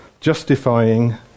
justifying